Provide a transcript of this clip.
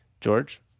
george